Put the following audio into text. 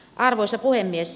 arvoisa puhemies